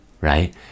right